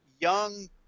young